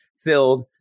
filled